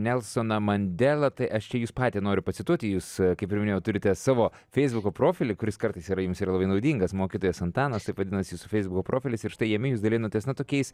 nelsoną mandelą tai aš čia jus patį noriu pacituoti jus kaip ir minėjau turite savo feisbuko profilį kuris kartais yra jums yra labai naudingas mokytojas antanas taip vadinasi jūsų feisbuko profilis ir štai jame jūs dalinatės na tokiais